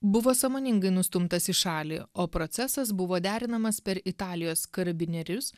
buvo sąmoningai nustumtas į šalį o procesas buvo derinamas per italijos karabinierius